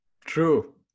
True